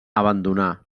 abandonar